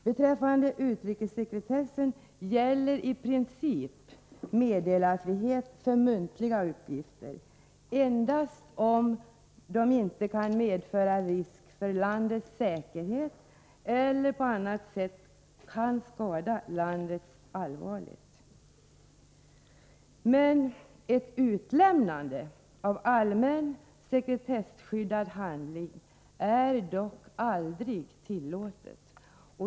Beträffande utrikessekretessen gäller i princip meddelarfrihet för muntliga uppgifter endast om de inte kan medföra risk för landets säkerhet eller på annat sätt kan skada landet allvarligt. Ett utlämnande av allmän sekretessskyddad handling är dock aldrig tillåtet.